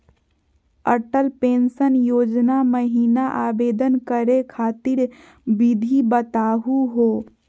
Atal pension Yojana महिना आवेदन करै खातिर विधि बताहु हो?